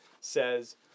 says